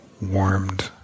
warmed